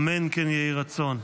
אמן, כן יהי רצון.